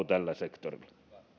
tällä sektorilla no